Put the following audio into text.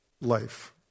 Life